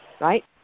right